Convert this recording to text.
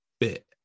bit